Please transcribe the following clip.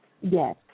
Yes